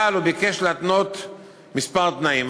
אבל הוא ביקש להתנות כמה תנאים,